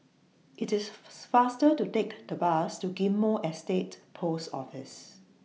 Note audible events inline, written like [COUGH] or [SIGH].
IT IS [UNINTELLIGIBLE] faster to Take The Bus to Ghim Moh Estate Post Office